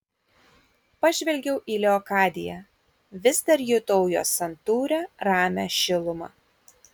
pažvelgiau į leokadiją vis dar jutau jos santūrią ramią šilumą